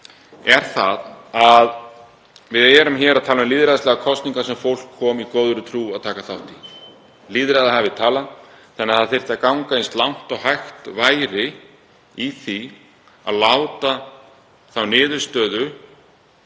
segja, að við vorum að tala um lýðræðislegar kosningar sem fólk kom í góðri trú til að taka þátt í. Lýðræðið hefði talað þannig að það þurfti að ganga eins langt og hægt væri í því að láta niðurstöðu